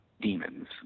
demons